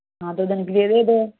हाँ दो दिन के लिए दे दो